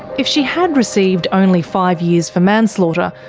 if she had received only five years for manslaughter.